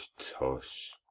tush!